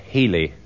Healy